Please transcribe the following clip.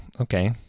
okay